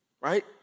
right